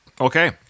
Okay